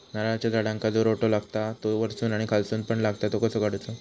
नारळाच्या झाडांका जो रोटो लागता तो वर्सून आणि खालसून पण लागता तो कसो काडूचो?